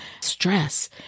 stress